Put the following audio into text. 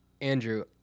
Andrew